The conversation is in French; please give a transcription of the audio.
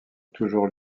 toujours